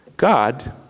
God